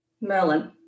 Merlin